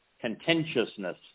contentiousness